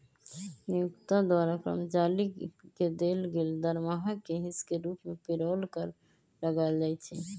नियोक्ता द्वारा कर्मचारी के देल गेल दरमाहा के हिस के रूप में पेरोल कर लगायल जाइ छइ